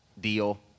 deal